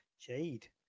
jade